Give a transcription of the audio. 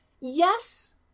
Yes